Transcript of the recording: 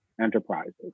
enterprises